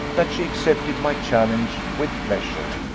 that she accepted my challenge with pleasure,